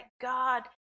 God